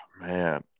man